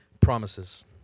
promises